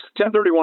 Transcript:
1031